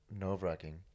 nerve-wracking